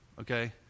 Okay